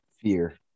Fear